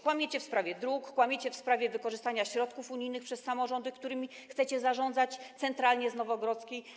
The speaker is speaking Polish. Kłamiecie w sprawie dróg, kłamiecie w sprawie wykorzystania środków unijnych przez samorządy, którymi chcecie zarządzać centralnie z Nowogrodzkiej.